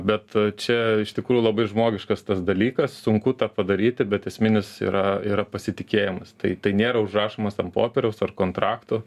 bet čia iš tikrųjų labai žmogiškas tas dalykas sunku tą padaryti bet esminis yra yra pasitikėjimas tai tai nėra užrašomas ant popieriaus ar kontraktų